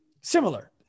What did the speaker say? similar